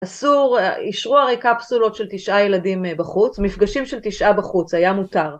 אסור, אישרו הרי קפסולות של תשעה ילדים בחוץ, מפגשים של תשעה בחוץ, היה מותר.